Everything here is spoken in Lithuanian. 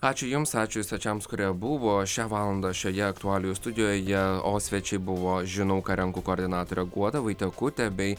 ačiū jums ačiū svečiams kurie buvo šią valandą šioje aktualijų studijoje o svečiai buvo žinau ką renku koordinatorė guoda vaitiekutė bei